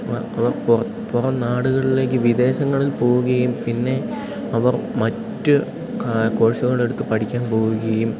അവ അവർ പുറം പുറം നാടുകളിലേക്ക് വിദേശങ്ങളിൽ പോകുകയും പിന്നെ അവർ മറ്റ് കോഴ്സുകളെടുത്തു പഠിക്കാൻ പോകുകയും